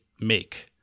make